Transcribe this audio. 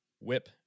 Whip